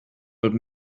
but